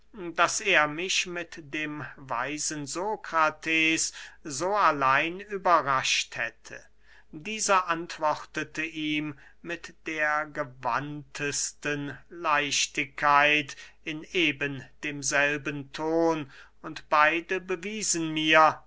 daß er mich mit dem weisen sokrates so allein überrascht hätte dieser antwortete ihm mit der gewandtesten leichtigkeit in eben demselben ton und beide bewiesen mir